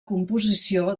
composició